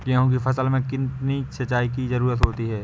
गेहूँ की फसल में कितनी सिंचाई की जरूरत होती है?